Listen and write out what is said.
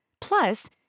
Plus